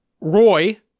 Roy